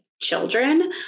children